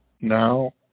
now